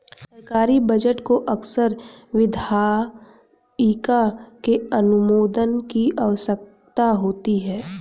सरकारी बजट को अक्सर विधायिका के अनुमोदन की आवश्यकता होती है